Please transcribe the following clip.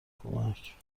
کمک